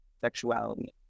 sexuality